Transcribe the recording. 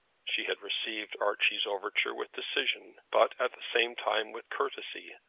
she had received archie's overture with decision, but at the same time with courtesy,